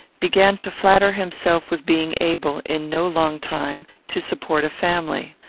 began to flatter himself with being able, in no long time, to support a family.